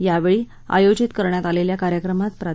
यावेळी आयोजित करण्यात आलेल्या कार्यक्रमात प्रा